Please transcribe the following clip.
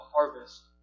harvest